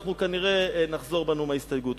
אנחנו כנראה נחזור בנו מההסתייגות.